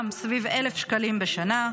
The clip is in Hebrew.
גם סביב 1,000 שקלים בשנה,